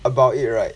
about it right